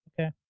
Okay